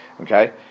Okay